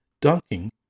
dunking